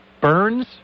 burns